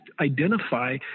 identify